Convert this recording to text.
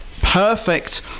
perfect